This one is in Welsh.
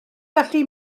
gallu